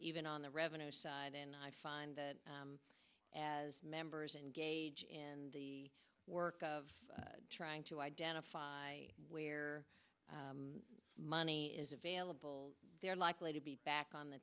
even on the revenue side and i find that as members engage in the work of trying to identify where money is available they're likely to be back